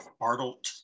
Arnold